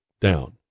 down